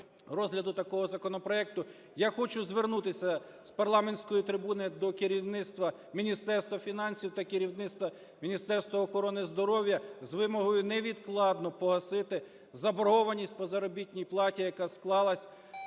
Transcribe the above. я хочу звернутися з парламентської трибуни до керівництва Міністерства фінансів та керівництва Міністерства охорони здоров'я з вимогою невідкладно погасити заборгованість по заробітній платі, яка склалася